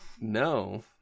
no